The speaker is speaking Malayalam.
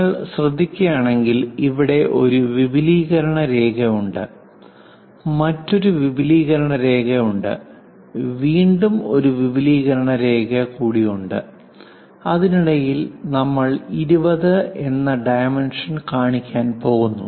നിങ്ങൾ ശ്രദ്ധിക്കുകയാണെങ്കിൽ ഇവിടെ ഒരു വിപുലീകരണ രേഖ ഉണ്ട് മറ്റൊരു ഒരു വിപുലീകരണ രേഖ ഉണ്ട് വീണ്ടും ഒരു വിപുലീകരണ രേഖ കൂടി ഉണ്ട് അതിനിടയിൽ നമ്മൾ 20 എന്ന ഡൈമെൻഷൻ കാണിക്കാൻ പോകുന്നു